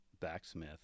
backsmith